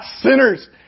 sinners